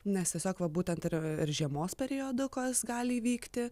nes tiesiog va būtent ir ir žiemos periodu kas gali įvykti